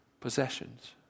possessions